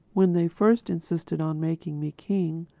when they first insisted on making me king,